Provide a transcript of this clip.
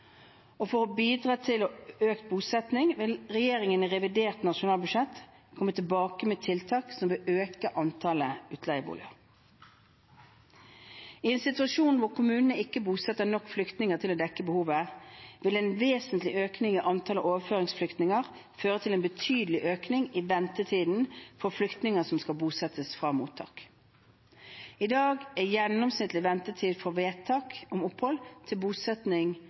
For å bidra til økt bosetting vil regjeringen i revidert nasjonalbudsjett komme tilbake med tiltak som vil øke antallet utleieboliger. I en situasjon hvor kommunene ikke bosetter nok flyktninger til å dekke behovet, vil en vesentlig økning i antallet overføringsflyktninger føre til en betydelig økning i ventetiden for flyktninger som skal bosettes fra mottak. I dag er gjennomsnittlig ventetid fra vedtak om opphold til